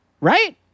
Right